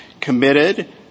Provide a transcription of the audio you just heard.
committed